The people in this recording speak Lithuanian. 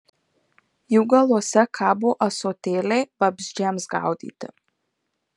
jų galuose kabo ąsotėliai vabzdžiams gaudyti